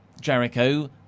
Jericho